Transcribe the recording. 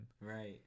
Right